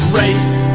race